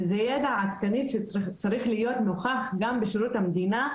וזה ידע עדכני שצריך להיות נוכח גם בשירות המדינה,